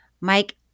Mike